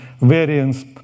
variance